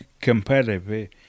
competitive